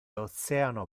oceano